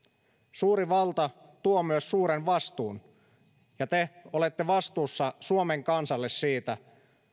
suuri valta tuo myös suuren vastuun ja te olette vastuussa suomen kansalle siitä